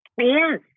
Yes